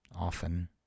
often